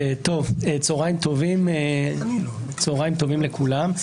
צוהריים טובים לכולם.